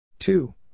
Two